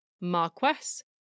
Marquess